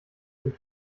den